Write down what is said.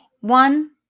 One